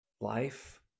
life